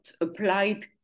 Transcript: applied